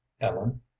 ellen